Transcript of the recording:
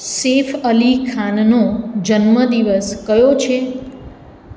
સૈફ અલી ખાનનો જન્મદિવસ કયો છે